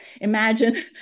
Imagine